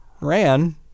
ran